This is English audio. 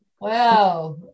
Wow